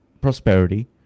prosperity